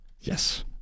Yes